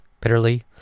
bitterly